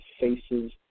faces